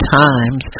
times